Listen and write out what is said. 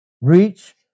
Reach